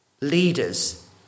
Leaders